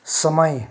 समय